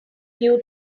few